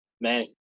Man